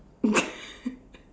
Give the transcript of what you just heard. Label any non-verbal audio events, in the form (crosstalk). (laughs)